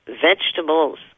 vegetables